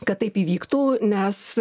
kad taip įvyktų nes